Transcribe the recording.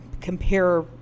compare